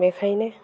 बेनिखायनो